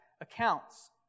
accounts